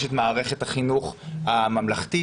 יש את מערכת החינוך הממלכתית,